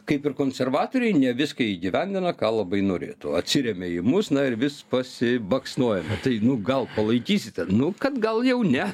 kaip ir konservatoriai ne viską įgyvendina ką labai norėtų atsiremia į mus na ir vis pasibaksnoja tai nu gal palaikysite nu kad gal jau ne